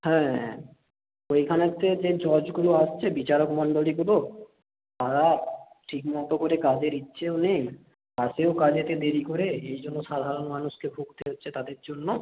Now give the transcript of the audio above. হ্যাঁ হ্যাঁ ওইখানে হচ্ছে যে জজগুলো আসছে বিচারকমন্ডলীগুলো তারা ঠিক মতো করে কাজের ইচ্ছেও নেই আসেও কাজেতে দেরি করে এই জন্য সাধারণ মানুষকে ভুগতে হচ্ছে তাদের জন্য